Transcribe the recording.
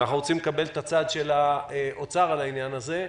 אנחנו רוצים לקבל את הצד של האוצר על העניין הזה.